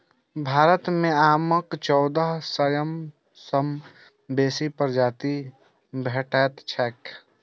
भारत मे आमक चौदह सय सं बेसी प्रजाति भेटैत छैक